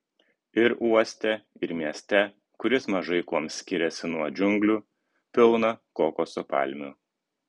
ir uoste ir mieste kuris mažai kuom skiriasi nuo džiunglių pilna kokoso palmių